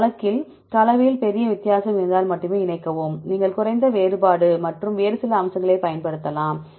இந்த வழக்கில் கலவையில் பெரிய வித்தியாசம் இருந்தால் மட்டுமே இணைக்கவும் நீங்கள் குறைந்த வேறுபாடு மற்றும் வேறு சில அம்சங்களைப் பயன்படுத்தலாம்